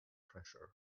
pressure